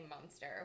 monster